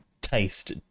taste